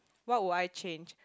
what would I change